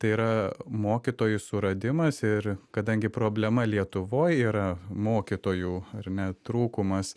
tai yra mokytojų suradimas ir kadangi problema lietuvoj yra mokytojų ar ne trūkumas